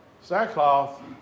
Sackcloth